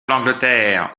l’angleterre